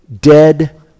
dead